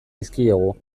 dizkiegu